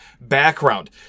background